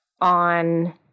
on